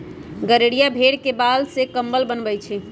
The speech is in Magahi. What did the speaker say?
गड़ेरिया भेड़ के बाल से कम्बल बनबई छई